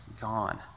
gone